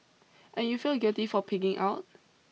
and you feel guilty for pigging out